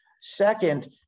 Second